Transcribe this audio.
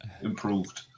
improved